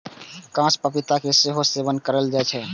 कांच पपीता के सेहो सेवन कैल जाइ छै